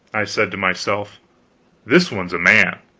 i said to myself this one's a man.